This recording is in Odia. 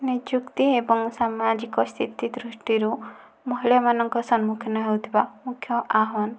ନିଯୁକ୍ତି ଏବଂ ସାମାଜିକ ସ୍ଥିତି ଦୃଷ୍ଟିରୁ ମହିଳାମାନଙ୍କ ସମ୍ମୁଖୀନ ହେଉଥିବା ମୁଖ୍ୟ ଆହ୍ୱାନ